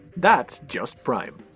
that's just prime.